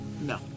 No